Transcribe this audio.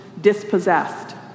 dispossessed